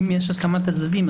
אם יש הסכמת הצדדים,